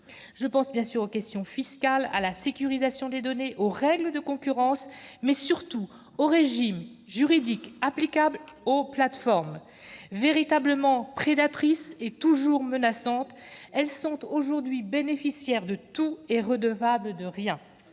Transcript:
Je pense aux questions fiscales, à la sécurisation des données, aux règles de concurrence, mais surtout au régime juridique applicable aux plateformes. Véritablement prédatrices et toujours menaçantes, celles-ci sont aujourd'hui bénéficiaires de tout et redevables de rien.